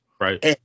Right